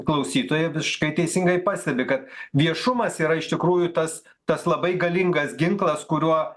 klausytoja visiškai teisingai pastebi kad viešumas yra iš tikrųjų tas tas labai galingas ginklas kuriuo